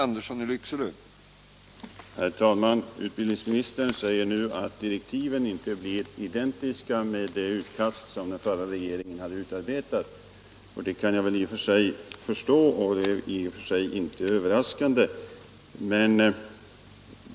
Herr talman! Utbildningsministern säger nu att direktiven inte blir identiska med det utkast som den förra regeringen hade utarbetat. Det kan jag i och för sig förstå, och det är inte överraskande.